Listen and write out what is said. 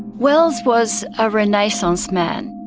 wells was a renaissance man.